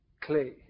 clay